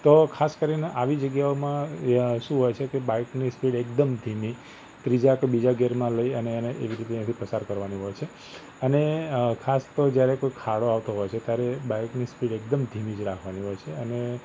તો ખાસ કરીને આવી જગ્યાઓમાં શું હોય છે કે બાઇકની સ્પીડ એકદમ ધીમી ત્રીજા કે બીજા ગિયરમાં લઈ અને એને એવી રીતે અહીંથી પસાર કરવાની હોય છે અને ખાસ તો જ્યારે કોઈ ખાડો આવતો હોય છે ત્યારે બાઇકની સ્પીડ એકદમ ધીમી જ રાખવાની હોય છે અને